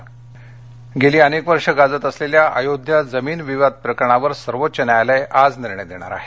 अयोध्या गेली अनेक वर्ष गाजत असलेल्या अयोध्या जमीन विवाद प्रकरणावर सर्वोच्च न्यायालय आज निर्णय देणार आहे